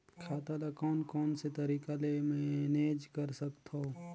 खाता ल कौन कौन से तरीका ले मैनेज कर सकथव?